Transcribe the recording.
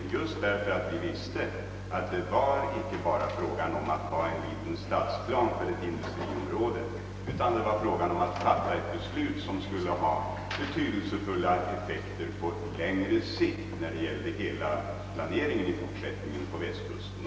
Så skedde därför att vi visste att det icke var fråga om att upprätta en stadsplan bara för ett industriområde utan också fråga om att fatta ett beslut som skulle få betydelsefulla effekter på längre sikt när det gäller planeringen på Västkusten.